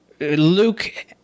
Luke